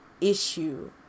issue